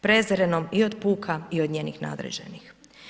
Prezrenom i od puka i od njenih nadređenih.